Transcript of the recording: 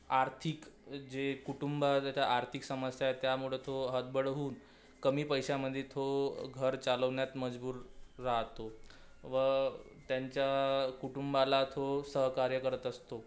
आर्थिक जे कुटुंबात त्याच्या आर्थिक समस्या आहे त्यामुळे तो हतबल होऊन कमी पैशामध्ये तो घर चालवण्यात मजबूर राहतो व त्यांच्या कुटुंबाला तो सहकार्य करत असतो